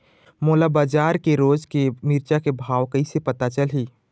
मोला बजार के रोज के मिरचा के भाव कइसे पता चलही?